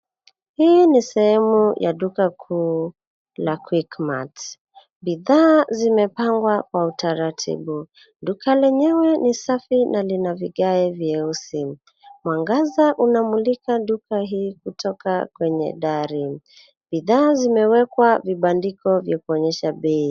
Hii ni sehemu ya duka kuu la Quickmart. Bidhaa zimepangwa kwa utaratibu. Duka lenyewe ni safi na lina vigae vyeusi. Mwangaza unamulika duka hii kutoka kwenye dari. Bidhaa zimewekwa vibandiko vya kuonyesha bei.